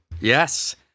Yes